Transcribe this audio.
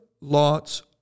Lot's